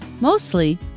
Mostly